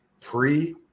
pre